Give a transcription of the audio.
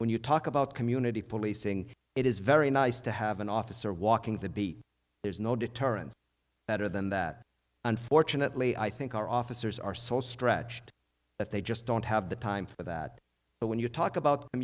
when you talk about community policing it is very nice to have an officer walking that the there is no deterrent better than that unfortunately i think our officers are so stretched that they just don't have the time for that but when you talk about